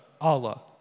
Allah